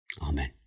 Amen